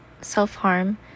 self-harm